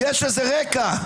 יש לזה רקע.